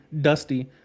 dusty